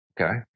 Okay